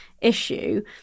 issue